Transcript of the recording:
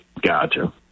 Gotcha